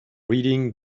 reading